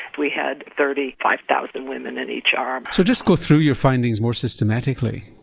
we had thirty five thousand women in each arm. so just go through your findings more systematically.